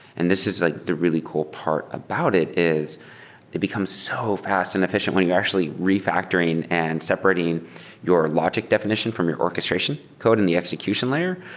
and this is ah the really cool part about it, is it becomes so fast and efficiently when you're actually refactoring and separating your logic definition from your orchestration code and the execution layer.